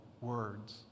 words